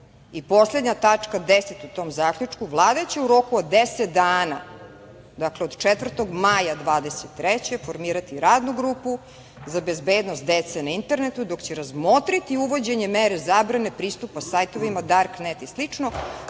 tačka 10. u tom zaključku: „Vlada će u roku od 10 dana, dakle, od 4. maja 2023. godine, formirati Radnu grupu za bezbednost dece na internetu, dok će razmotriti uvođenje mere zabrane pristupa sajtovima „Dark net“ i